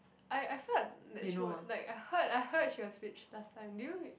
I I feel like that she would like I heard I heard she was rich last time do you